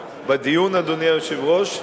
בדיון, אדוני היושב-ראש.